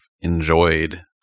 enjoyed